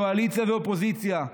קואליציה ואופוזיציה,